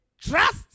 trust